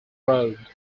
road